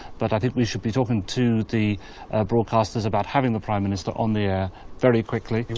but i think we should be talking to the broadcasters about having the prime minister on the air very quickly.